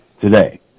today